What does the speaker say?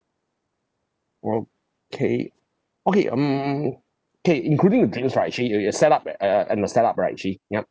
okay okay um K including the drinks right actually uh uh set up and and and the set up right actually ya